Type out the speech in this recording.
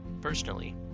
Personally